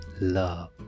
love